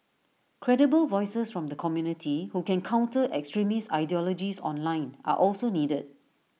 credible voices from the community who can counter extremist ideologies online are also needed